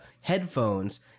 headphones